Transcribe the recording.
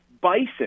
bison